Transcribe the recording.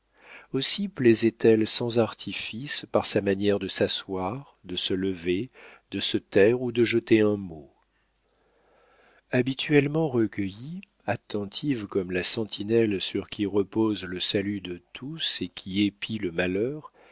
aussi plaisait elle sans artifice par sa manière de s'asseoir de se lever de se taire ou de jeter un mot habituellement recueillie attentive comme la sentinelle sur qui repose le salut de tous et qui épie le malheur